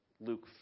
Luke